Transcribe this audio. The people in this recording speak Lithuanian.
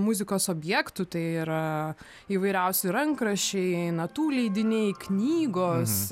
muzikos objektų tai yra įvairiausi rankraščiai natų leidiniai knygos